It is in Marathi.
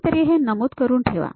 कोणीतरी हे नमूद करून ठेवा